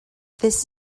this